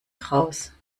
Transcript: graus